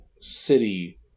city